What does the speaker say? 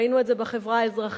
ראינו את זה בחברה האזרחית,